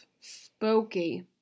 Spooky